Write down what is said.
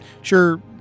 Sure